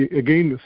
again